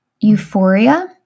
euphoria